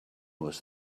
was